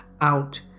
out